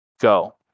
go